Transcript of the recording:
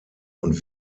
und